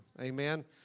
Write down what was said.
Amen